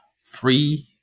Free